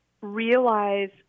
realize